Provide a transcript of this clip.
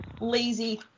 lazy